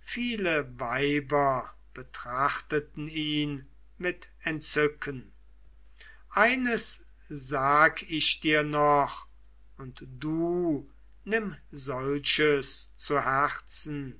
viele weiber betrachteten ihn mit entzücken eines sag ich dir noch und du nimm solches zu herzen